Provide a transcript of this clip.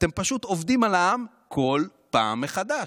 אתם פשוט עובדים על העם כל פעם מחדש.